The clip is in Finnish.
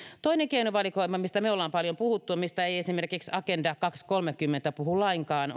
toinen keinovalikoima mistä me olemme paljon puhuneet ja mistä ei esimerkiksi agenda kaksituhattakolmekymmentä puhu lainkaan